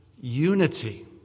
unity